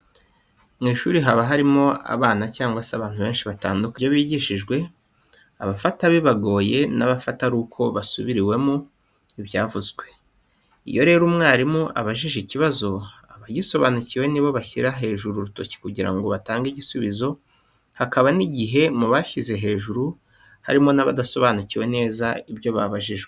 Mu ishuri haba harimo abana cyangwa se abantu benshi batandukanye. Haba hari abafata vuba ibyo bigishijwe, abafata bibagoye n'abafata ari uko basubiriwemo ibyavuzwe. Iyo rero umwarimu abajije ikibazo abagisobanukiwe nibo bashyira hejuru urutoki kugira ngo batange igisubizo, hakaba n'igihe mu bashyize hejuru harimo n'abadasobanukiwe neza ibyo babajijwe.